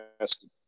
asking